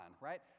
right